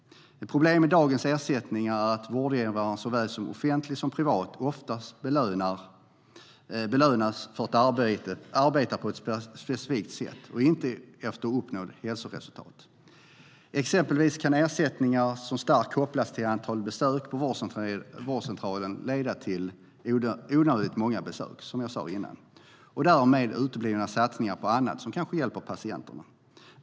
Ett problem med dagens ersättningar är att vårdgivare, såväl offentliga som privata, ofta belönas för att arbeta på ett specifikt sätt och inte efter uppnådda hälsoresultat. Som jag sa innan kan ersättningar som starkt kopplas till antalet besök på vårdcentralen exempelvis leda till onödigt många besök och därmed uteblivna satsningar på annat som hjälper patienten.